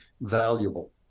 valuable